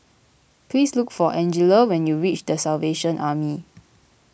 please look for Angella when you reach the Salvation Army